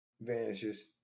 Vanishes